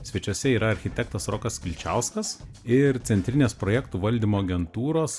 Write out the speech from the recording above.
svečiuose yra architektas rokas kilčiauskas ir centrinės projektų valdymo agentūros